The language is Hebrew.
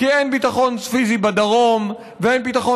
כי אין ביטחון פיזי בדרום ואין ביטחון